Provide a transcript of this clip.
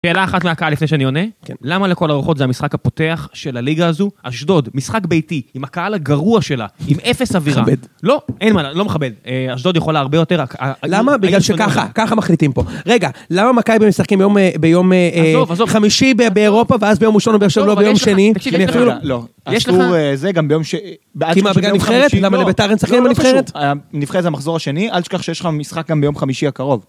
שאלה אחת מהקהל, לפני שאני עונה. למה לכל הרוחות זה המשחק הפותח של הליגה הזו? אשדוד, משחק ביתי, עם הקהל הגרוע שלה, עם אפס אווירה. תכבד. לא, אין מה, לא מכבד. אשדוד יכולה הרבה יותר, רק... למה? בגלל שככה, ככה מחליטים פה. רגע, למה מכבי משחקים ביום חמישי באירופה, ואז ביום ראשון בבאר שבע ולא ביום שני? תקשיב, רגע. יש לך... לא, אסור זה גם ביום שני. כי מה, בגלל נבחרת? למה לבית"ר אין שחקנים בנבחרת? לא קשור. נבחרת זה המחזור השני, אל תשכח שיש לך משחק גם ביום חמישי הקרוב.